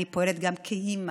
אני פועלת גם כאימא,